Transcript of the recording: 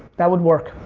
that would work.